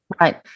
Right